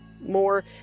more